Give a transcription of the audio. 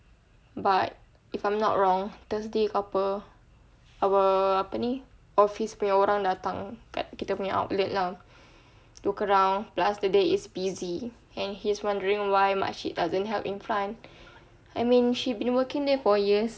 but if I'm not wrong thursday ke apa our apa ni office punya orang datang outlet lah look around plus today is busy and he's wondering why makcik doesn't help in front I mean she been working there for years